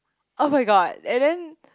oh my god and then